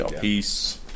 peace